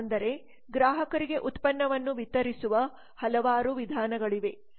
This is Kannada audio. ಅಂದರೆ ಗ್ರಾಹಕರಿಗೆ ಉತ್ಪನ್ನವನ್ನು ವಿತರಿಸುವ ಹಲವಾರು ವಿಧಾನಗಳಿವೆ